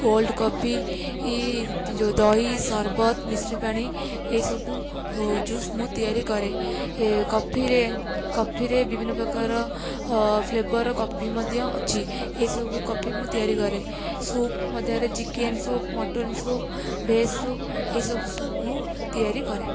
cold coffee କି ଯେଉଁ ଦହି ସରବତ ମିଶ୍ରିପାଣି ଏସବୁ ଜୁସ୍ ମୁଁ ତିଆରି କରେ ଏ କଫିରେ କଫିରେ ବିଭିନ୍ନପ୍ରକାର ଫ୍ଲେବର କଫି ମଧ୍ୟ ଅଛି ଏସବୁ କଫି ମୁଁ ତିଆରି କରେ ସୁପ୍ ମଧ୍ୟରେ chicken soup mutton soup veg soup ଏସବୁ ସୁପ୍ ମୁଁ ତିଆରି କରେ